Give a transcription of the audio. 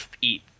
eat